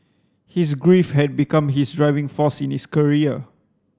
his grief had become his driving force in his career